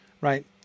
right